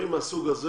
ומקצועות מהסוג הזה,